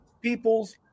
People's